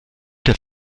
der